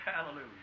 Hallelujah